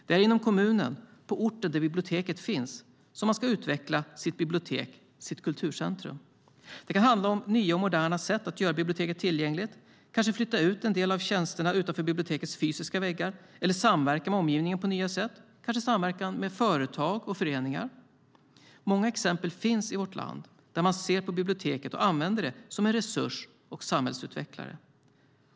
Det är inom kommunen, på orten där biblioteket finns, man ska utveckla sitt bibliotek - sitt kulturcentrum. Det kan handla om nya och moderna sätt att göra biblioteket tillgängligt. Kanske ska man flytta ut en del av tjänsterna utanför bibliotekens fysiska väggar eller samverka med omgivningen på nya sätt. Kanske ska man samverka med företag och föreningar. Många exempel finns i vårt land där man ser på och använder biblioteket som en resurs och en samhällsutvecklare.